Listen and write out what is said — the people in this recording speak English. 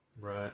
Right